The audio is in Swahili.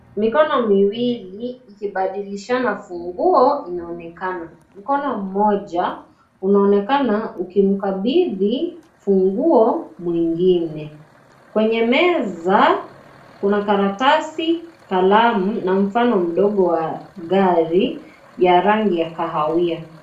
Mikono miwili ikibadilisha na funguo inaonekana. Mkono mmoja unaonekana ukipokea funguo mkono mwingine kwenye meza kuna karatasi , kalamu na mfano mdogo wa gari ya rangi ya kahawia.